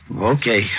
okay